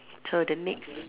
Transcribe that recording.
so the next